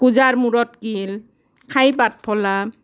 কুঁজাৰ মূৰত কিল খাই পাত ফলা